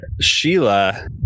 Sheila